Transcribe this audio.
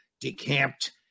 decamped